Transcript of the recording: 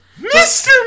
Mr